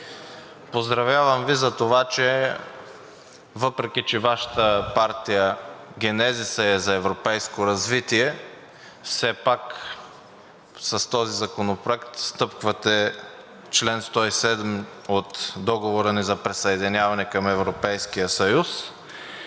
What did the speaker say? Поздравявам Ви за това, че въпреки че Вашата партия, генезисът е за европейско развитие, все пак с този законопроект стъпквате чл. 107 от Договора ни за присъединяване към Европейския съюз.